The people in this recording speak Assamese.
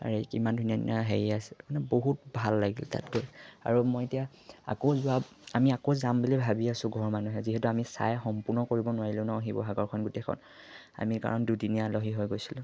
আৰু এই কিমান ধুনীয়া ধুনীয়া হেৰি আছে মানে বহুত ভাল লাগিল তাতকৈ আৰু মই এতিয়া আকৌ যোৱা আমি আকৌ যাম বুলি ভাবি আছোঁ ঘৰৰ মানুহে যিহেতু আমি চাই সম্পূৰ্ণ কৰিব নোৱাৰিলোঁ নহ্ শিৱসাগৰখন গোটেইখন আমি কাৰণ দুদিনীয়া আলহী হৈ গৈছিলোঁ